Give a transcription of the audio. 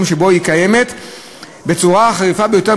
שבו היא קיימת בצורתה החריפה ביותר,